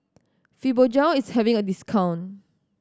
fibogel is having a discount